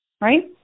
right